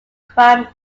crime